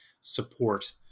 support